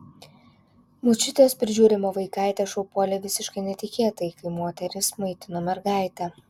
močiutės prižiūrimą vaikaitę šuo puolė visiškai netikėtai kai moteris maitino mergaitę